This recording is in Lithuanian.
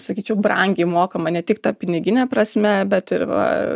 sakyčiau brangiai mokama ne tik ta pinigine prasme bet ir va